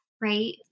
right